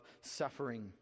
suffering